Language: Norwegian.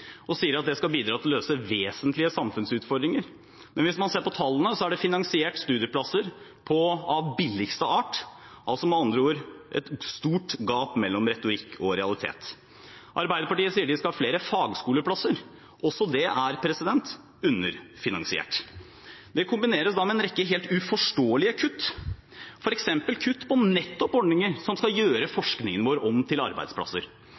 og sier at det skal bidra til å løse vesentlige samfunnsutfordringer, men hvis man ser på tallene, så er det finansiert studieplasser av billigste art – med andre ord et stort gap mellom retorikk og realitet. Arbeiderpartiet sier at de skal ha flere fagskoleplasser; også det er underfinansiert. Det kombineres da med en rekke helt uforståelige kutt, f.eks. kutt i nettopp ordninger som skal gjøre forskningen vår om til arbeidsplasser.